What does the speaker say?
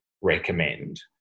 recommend